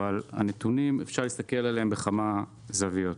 אבל אפשר להסתכל על הנתונים מכמה זוויות,